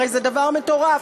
הרי זה דבר מטורף,